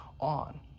on